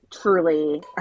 Truly